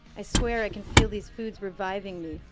i swear i can feel these foods reviving me,